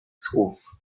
słów